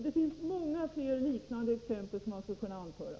Det finns många fler liknande exempel som jag skulle kunna anföra.